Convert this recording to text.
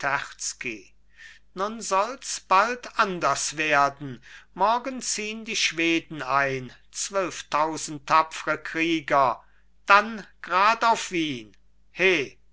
nun solls bald anders werden morgen ziehn die schweden ein zwölftausend tapfre krieger dann grad auf wien he